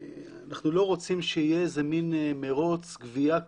אנחנו לא רוצים שיהיה איזה מין מרוץ גבייה כזה,